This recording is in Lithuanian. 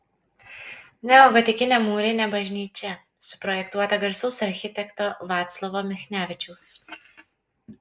neogotikinė mūrinė bažnyčia suprojektuota garsaus architekto vaclovo michnevičiaus